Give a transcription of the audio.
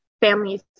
families